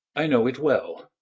i know it well.